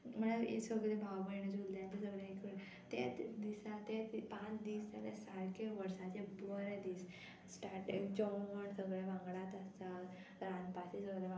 म्हळ्यार हे सगळें भाव भयण जेवलीं सगळें तें दिसा तें पांच दीस जाल्यार सारकें वर्साचें बरें दीस स्टाट जेवण सगळें वांगडाच आसात रांदपाचें सगळें वांगडा आसता